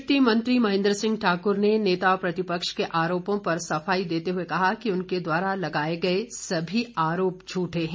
जलशक्ति मंत्री महेंद्र सिंह ठाकुर ने नेता प्रतिपक्ष के आरोपों पर सफाई देते हुए कहा कि उनके द्वारा लगाए गए सभी आरोप झूठे हैं